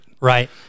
Right